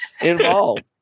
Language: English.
involved